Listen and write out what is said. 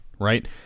right